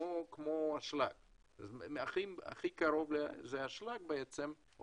הכי קרוב לזה זה אשלג או